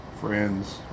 friends